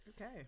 Okay